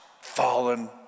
fallen